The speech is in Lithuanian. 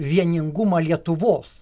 vieningumą lietuvos